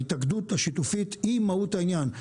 ההתאגדות השיתופית היא מהות העניין.